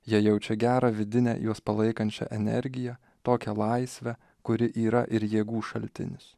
jie jaučia gerą vidinę juos palaikančią energiją tokią laisvę kuri yra ir jėgų šaltinis